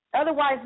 Otherwise